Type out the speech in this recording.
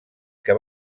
que